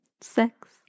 sex